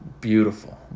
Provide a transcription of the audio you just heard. beautiful